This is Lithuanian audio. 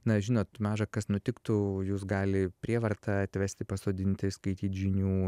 na žinot maža kas nutiktų jus gali prievarta atvesti pasodinti skaityt žinių